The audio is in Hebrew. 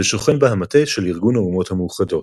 ושוכן בה המטה של ארגון האומות המאוחדות.